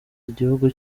igihugu